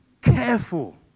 careful